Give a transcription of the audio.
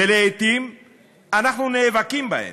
ולעתים אנחנו נאבקים בהן,